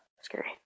scary